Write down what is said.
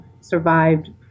survived